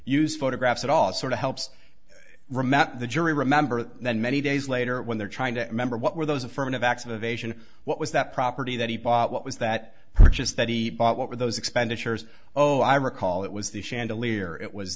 use photographs it all sort of helps the jury remember that many days later when they're trying to remember what were those affirmative acts of evasion what was that property that he bought what was that purchase that he bought what were those expenditures oh i recall it was the chandelier it was